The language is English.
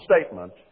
statement